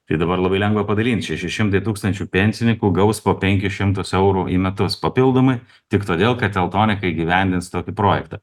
tai dabar labai lengva padalint šeši šimtai tūkstančių pensininkų gaus po penkis šimtus eurų į metus papildomai tik todėl kad teltonika įgyvendins tokį projektą